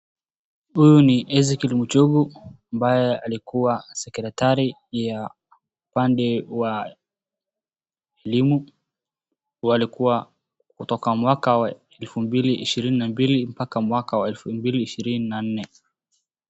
Huyu ni Hezekiel Machogu ambaye alikuwa secretary ya upande wa elimu. Alikuwa kutoka mwaka wa elfu mbili ishirini na mbili mpaka mwaka wa elfu mbili ishirini na nne.